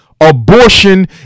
abortion